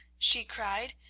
she cried,